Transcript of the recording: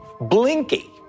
Blinky